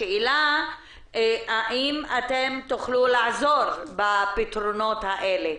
השאלה היא האם תוכלו לעזור בפתרון הבעיות האלה,